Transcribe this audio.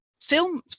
film